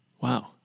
Wow